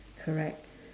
correct